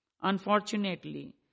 Unfortunately